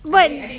but